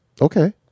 Okay